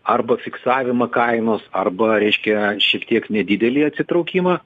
arba fiksavimą kainos arba reiškia šiek tiek nedidelį atsitraukimą